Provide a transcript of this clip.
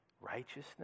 righteousness